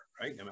right